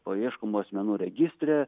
paieškomų asmenų registre